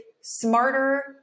smarter